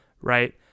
right